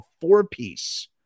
four-piece